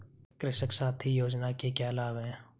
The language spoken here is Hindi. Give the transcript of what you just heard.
कृषक साथी योजना के क्या लाभ हैं?